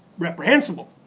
reprehensible,